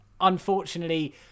unfortunately